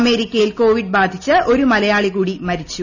അമേരിക്കയിൽ കോവിഡ് ബാധിച്ച് ഒരു മലയാളി കൂടി മരിച്ചു